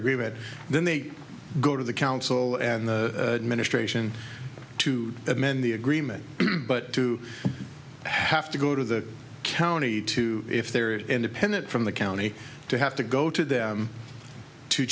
it then they go to the council and the ministration to amend the agreement but to have to go to the county to if they're independent from the county to have to go to them to